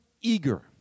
eager